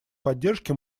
поддержки